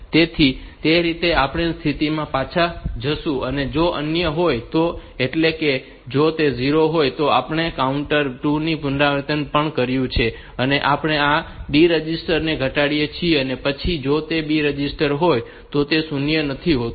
તેથી તે રીતે આપણે તે સ્થિતિમાં પાછા જઈશું અને જો તે અન્ય હોય તો એટલે કે જો તે 0 હોય તો આપણે આ કાઉન્ટર 2 ની એક પુનરાવૃત્તિ પૂર્ણ કર્યું છે અને આપણે આ D રજિસ્ટર ને ઘટાડીએ છીએ અને પછી જો તે B રજીસ્ટર હોય તો તે શૂન્ય નથી હોતું